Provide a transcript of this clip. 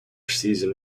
season